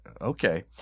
Okay